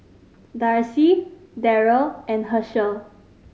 Darcy Darryll and Hershell